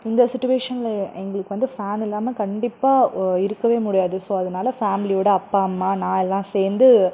இந்த சுட்டுவேஷனில் எங்களுக்கு வந்து ஃபேன் இல்லாமல் கண்டிப்பாக இருக்கவே முடியாது ஸோ அதனால் ஃபேமிலியோட அப்பா அம்மா நான் எல்லாம் சேர்ந்து